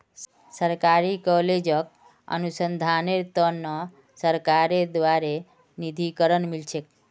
सरकारी कॉलेजक अनुसंधानेर त न सरकारेर द्बारे निधीकरण मिल छेक